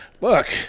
look